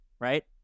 right